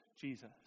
jesus